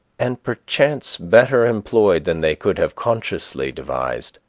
and perchance better employed than they could have consciously devised.